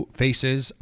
faces